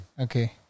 Okay